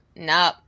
No